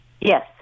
Yes